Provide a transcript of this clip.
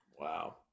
wow